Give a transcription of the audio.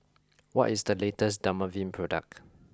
what is the latest Dermaveen product